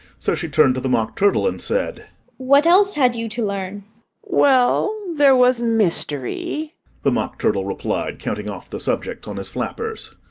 so she turned to the mock turtle, and said what else had you to learn well, there was mystery the mock turtle replied, counting off the subjects on his flappers,